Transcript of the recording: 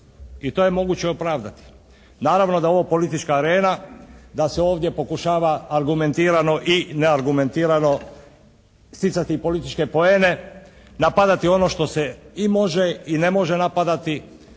I to je moguće opravdati. Naravno da je ovo politička arena, da se ovdje pokušava argumentirano i neargumentirano sticati političke poene, napadati ono što se i može i ne može napadati,